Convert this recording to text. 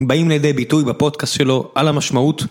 באים לידי ביטוי בפודקאסט שלו על המשמעות.